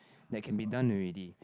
that can be done already